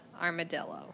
armadillo